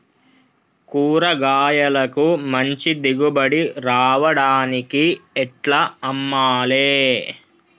కూరగాయలకు మంచి దిగుబడి రావడానికి ఎట్ల అమ్మాలే?